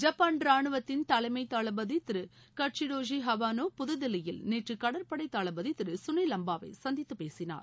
Japan ரானுவத்தின் தலைமை தளபதி திரு கட்கடோஷி ஹவானோ புதுதில்லியில் நேற்று கடற்படை தளபதி திரு சுனில் லம்பாவை சந்தித்து பேசினார்